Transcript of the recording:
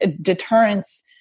deterrence